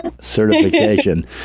certification